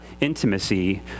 intimacy